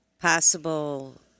Possible